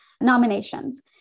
nominations